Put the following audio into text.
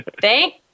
Thank